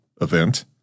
event